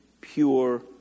pure